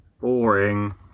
Boring